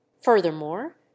furthermore